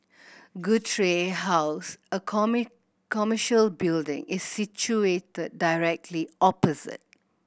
Guthrie House a commercial building is situated directly opposite